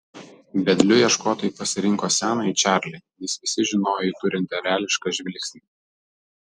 vedliu ieškotojai pasirinko senąjį čarlį nes visi žinojo jį turint erelišką žvilgsnį